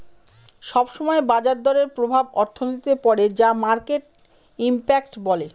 সব সময় বাজার দরের প্রভাব অর্থনীতিতে পড়ে যাকে মার্কেট ইমপ্যাক্ট বলে